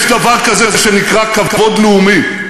יש דבר כזה שנקרא כבוד לאומי.